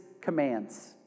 commands